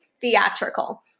theatrical